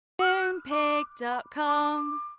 Moonpig.com